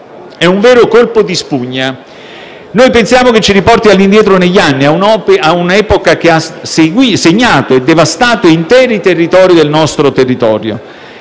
di un vero colpo di spugna, che pensiamo ci riporti indietro negli anni, a un'epoca che ha segnato e devastato interi territori del nostro Paese, in